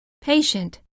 Patient